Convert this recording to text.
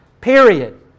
period